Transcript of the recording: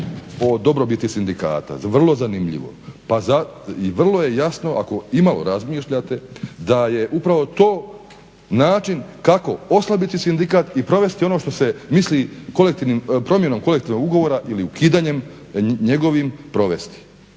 o dobrobiti sindikata. Vrlo zanimljivo! I vrlo je jasno ako imalo razmišljate da je upravo to način kako oslabiti sindikat i provesti ono što se misli promjenom kolektivnog ugovora ili ukidanjem njegovim provesti.